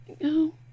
No